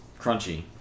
crunchy